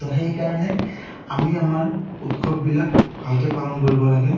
ত' সেইকাৰণে আমি আমাৰ উৎসৱবিলাক ভালকে পালন কৰিব লাগে